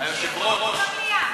היושב-ראש,